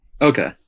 Okay